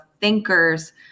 thinkers